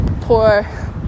poor